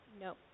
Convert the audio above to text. no